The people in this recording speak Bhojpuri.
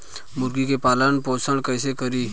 मुर्गी के पालन पोषण कैसे करी?